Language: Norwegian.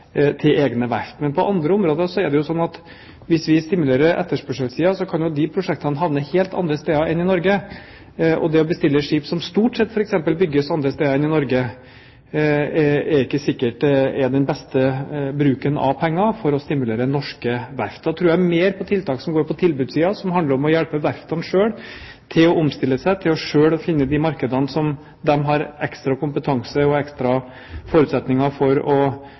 til egne verft. Men på andre områder er det sånn at hvis vi stimulerer etterspørselssiden, kan de prosjektene havne helt andre steder enn i Norge. Det å bestille skip som stort sett bygges andre steder enn i Norge, er sikkert ikke den beste bruken av penger for å stimulere norske verft. Da tror jeg mer på tiltak som går på tilbudssiden, som handler om å hjelpe verftene selv til å omstille seg, til selv å finne de markedene der de har ekstra kompetanse og ekstra forutsetninger for å